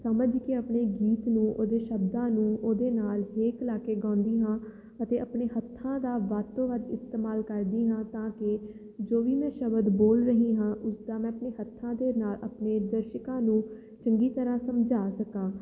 ਸਮਝ ਕੇ ਆਪਣੇ ਗੀਤ ਨੂੰ ਉਹਦੇ ਸ਼ਬਦਾਂ ਨੂੰ ਉਹਦੇ ਨਾਲ ਹੇਕ ਲਾ ਕੇ ਗਾਉਂਦੀ ਹਾਂ ਅਤੇ ਆਪਣੇ ਹੱਥਾਂ ਦਾ ਵੱਧ ਤੋਂ ਵੱਧ ਇਸਤੇਮਾਲ ਕਰਦੀ ਹਾਂ ਤਾਂ ਕਿ ਜੋ ਵੀ ਮੈਂ ਸ਼ਬਦ ਬੋਲ ਰਹੀ ਹਾਂ ਉਸਦਾ ਮੈਂ ਆਪਣੇ ਹੱਥਾਂ ਦੇ ਨਾਲ ਆਪਣੇ ਦਰਸ਼ਕਾਂ ਨੂੰ ਚੰਗੀ ਤਰ੍ਹਾਂ ਸਮਝਾ ਸਕਾਂ